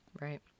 Right